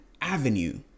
avenue